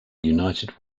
united